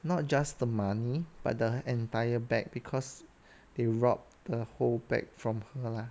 not just the money but the entire bag because they robbed the whole bag from her lah